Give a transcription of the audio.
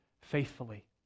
faithfully